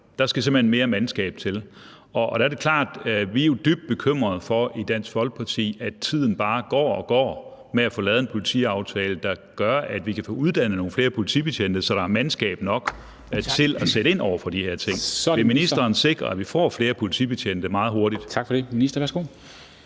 klart, at vi i Dansk Folkeparti er dybt bekymrede for, at tiden bare går og går med at få lavet en politiaftale, der gør, at vi kan få uddannet nogle flere politibetjente, så der er mandskab nok til at sætte ind over for de her ting. Vil ministeren sikre, at vi får flere politibetjente meget hurtigt?